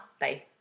Bye